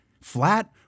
flat